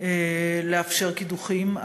לאפשר קידוחים,